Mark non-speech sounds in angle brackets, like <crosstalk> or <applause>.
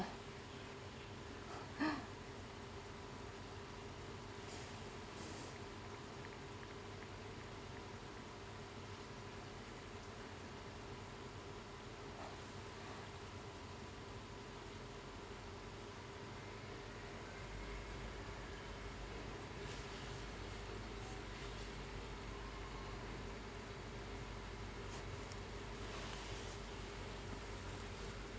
<laughs>